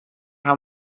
how